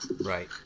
Right